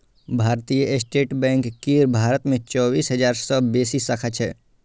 भारतीय state bank केर भारत मे चौबीस हजार सं बेसी शाखा छै